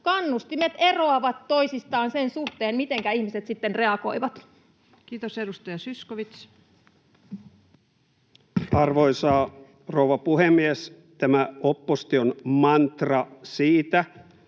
Kannustimet eroavat toisistaan sen suhteen, mitenkä ihmiset sitten reagoivat. Kiitos. — Edustaja Zyskowicz. Arvoisa rouva puhemies! Tämä opposition mantra siitä,